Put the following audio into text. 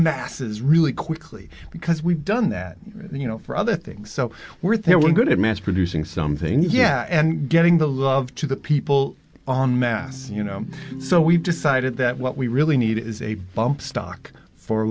masses really quickly because we've done that you know for other things so we're there we're good at mass producing something yeah and getting the love to the people on mass you know so we decided that what we really need is a bump stock for